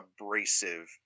abrasive